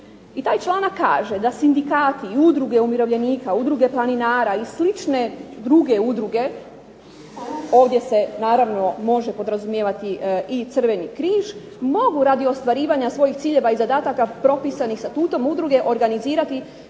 i taj članak kaže da sindikati, Udruge umirovljenika, Udruge planinara i slične druge udruge, ovdje se naravno može podrazumijevati i Crveni križ mogu radi ostvarivanja svojih ciljeva i zadaka propisanih statutom udruge organizirati